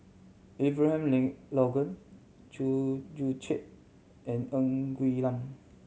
Abraham Logan Chew Joo Chiat and Ng Quee Lam